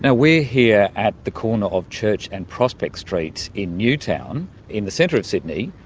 ah we're here at the corner of church and prospect streets in newtown in the centre of sydney.